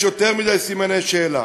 יש יותר מדי סימני שאלה,